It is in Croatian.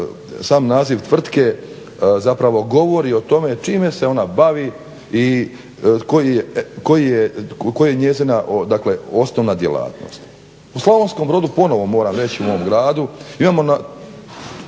sam naziv tvrtke govori o tome čime se ona bavi i koja je njezina osnovna djelatnost. U Slavonskom Brodu ponovno moram reći u mog gradu, imamo